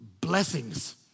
Blessings